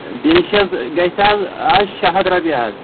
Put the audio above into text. delicious گژھہِ آز آز شےٚ ہَتھ رۄپیہِ حظ